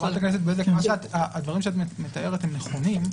חברת הכנסת בזק, הדברים שאת מתארת הם נכונים.